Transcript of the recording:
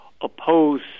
oppose